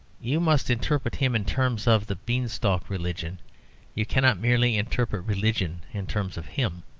you must interpret him in terms of the beanstalk religion you cannot merely interpret religion in terms of him.